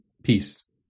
peace